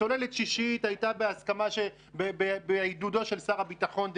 צוללת שישית, הייתה בעידודו של שר הביטחון דאז.